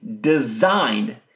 designed